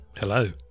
Hello